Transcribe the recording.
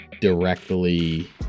directly